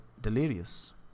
delirious